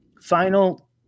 final